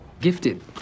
Gifted